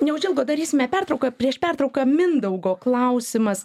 neužilgo darysime pertrauką prieš pertrauką mindaugo klausimas